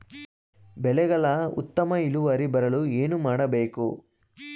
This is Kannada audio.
ಬೆಳೆಗಳ ಉತ್ತಮ ಇಳುವರಿ ಬರಲು ಏನು ಮಾಡಬೇಕು?